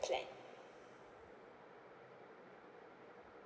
plan